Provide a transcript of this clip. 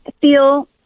feel